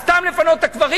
אז סתם לפנות את הקברים?